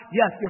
yes